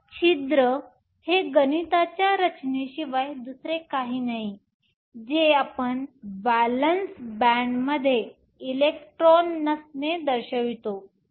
तर छिद्र हे गणिताच्या रचनेशिवाय दुसरे काही नाही जे आपण व्हॅलेन्स बॅण्डमध्ये इलेक्ट्रॉन नसणे दर्शवितो